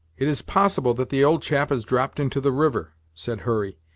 it is possible that the old chap has dropped into the river, said hurry,